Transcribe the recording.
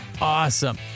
awesome